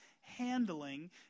handling